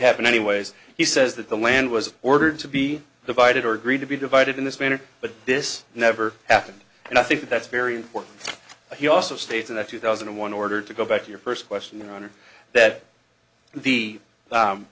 happen anyways he says that the land was ordered to be divided or agreed to be divided in this manner but this never happened and i think that's very important he also states in the two thousand and one order to go back to your first question your honor that the